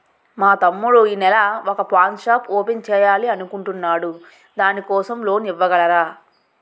మా తమ్ముడు నెల వొక పాన్ షాప్ ఓపెన్ చేయాలి అనుకుంటునాడు దాని కోసం లోన్ ఇవగలరా?